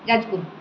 Jajpur